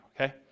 okay